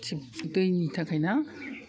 दैनि थाखायना